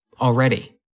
already